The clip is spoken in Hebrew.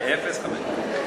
ב-0.15.